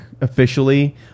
officially